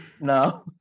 No